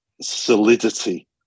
solidity